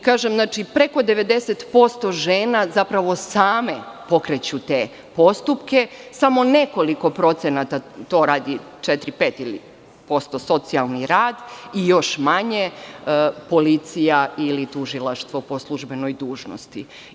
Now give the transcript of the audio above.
Kažem preko 90% žena zapravo same pokreću te postupke, a samo nekoliko procenata četiri ili pet socijalni rad i još manje policija ili tužilaštvo po službenoj dužnosti.